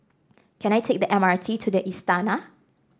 can I take the M R T to the Istana